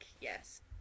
yes